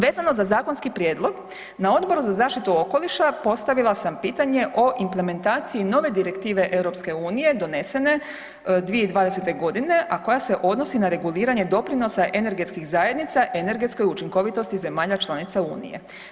Vezano za zakonski prijedlog na Odboru za zaštitu okoliša postavila sam pitanje o implementaciji nove direktive Europske unije donesene 2020. godine a koja se odnosi na reguliranje doprinosa energetskih zajednica energetske učinkovitosti zemalja članica Unije.